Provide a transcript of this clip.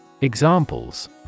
Examples